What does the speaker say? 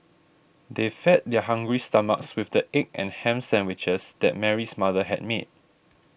they fed their hungry stomachs with the egg and ham sandwiches that Mary's mother had made